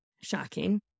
Shocking